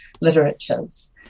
literatures